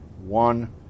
One